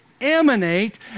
emanate